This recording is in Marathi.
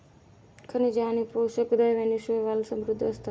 खनिजे आणि पोषक द्रव्यांनी शैवाल समृद्ध असतं